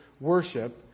worship